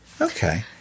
Okay